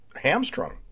hamstrung